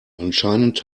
anscheinend